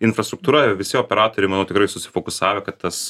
infrastruktūra visi operatoriai manau tikrai susifokusavę kad tas